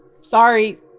Sorry